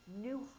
new